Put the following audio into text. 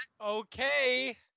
okay